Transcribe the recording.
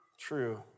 true